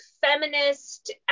feminist